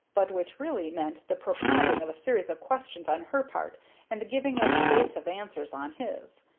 but which really meant the propounding of a series of questions on her part and the giving of evasive answers on his.